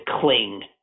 cling